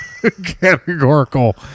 Categorical